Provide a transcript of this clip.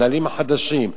המנהלים החדשים?